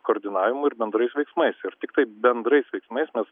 koordinavimu ir bendrais veiksmais ir tiktai bendrais veiksmais mes